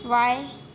बाएँ